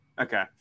Okay